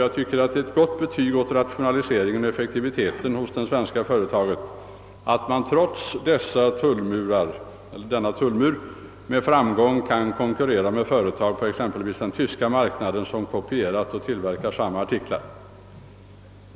Jag tycker att det innebär ett gott betyg åt det svenska företagets effektivitet och rationalisering, när man trots en sådan tullmur kan framgångsrikt konkurrera med företag på exempelvis den tyska marknaden som kopierat och tillverkar samma artiklar.